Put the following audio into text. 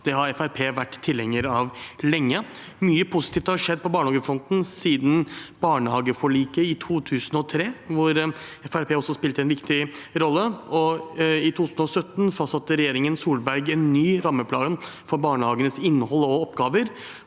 vært tilhenger av lenge. Mye positivt har skjedd på barnehagefronten siden barnehageforliket i 2003, hvor Fremskrittspartiet også spilte en viktig rolle. I 2017 fastsatte regjeringen Solberg en ny rammeplan for barnehagens innhold og oppgaver